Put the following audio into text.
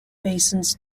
basins